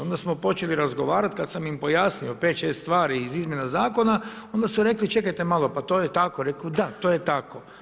Onda smo počeli razgovarati, kad sam im pojasnio 5, 6 stvari iz izmjena zakona, onda su rekli čekajte malo, pa to je tako, reko da, to je tako.